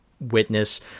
witness